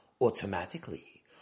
automatically